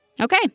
Okay